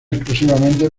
exclusivamente